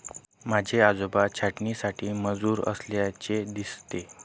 माझे आजोबा छाटणीसाठी मजूर असल्याचे दिसते